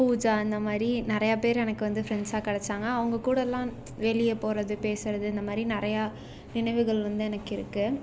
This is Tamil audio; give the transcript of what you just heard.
பூஜா இந்த மாதிரி நிறையா பேர் எனக்கு வந்து ஃப்ரெண்ட்ஸாக கிடைச்சாங்க அவங்க கூடலாம் வெளிய போகிறது பேசுகிறது இந்த மாதிரி நிறையா நினைவுகள் வந்து எனக்கு இருக்குது